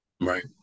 Right